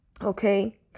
okay